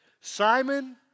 Simon